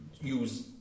use